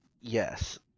yes